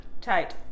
tight